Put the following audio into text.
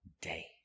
day